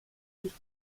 sich